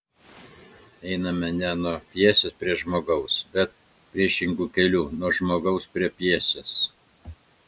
einama ne nuo pjesės prie žmogaus bet priešingu keliu nuo žmogaus prie pjesės